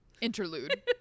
interlude